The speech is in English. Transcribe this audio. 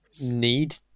need